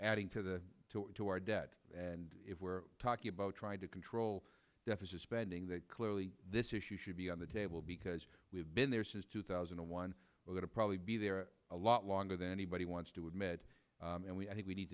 adding to the to our debt and if we're talking about trying to control deficit spending that clearly this issue should be on the table because we've been there since two thousand and one we're going to probably be there a lot longer than anybody wants to admit and we i think we need